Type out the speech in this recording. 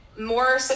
more